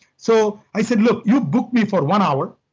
so i said, look, you booked me for one hour.